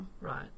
Right